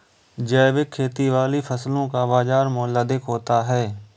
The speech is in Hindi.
जैविक खेती वाली फसलों का बाज़ार मूल्य अधिक होता है